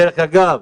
דרך אגב,